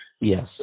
Yes